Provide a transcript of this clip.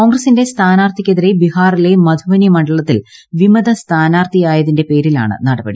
കോൺഗ്രസ്റ്റിന്റെ സ്ഥാനാർത്ഥിക്കെതിരെ ബീഹാറിലെ മധുബനി മണ്ഡലത്തിൽ വിമത സ്ഥാനാർത്ഥിയായതിന്റെ പേരിലാണ് നടപടി